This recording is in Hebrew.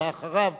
שבאה אחריו,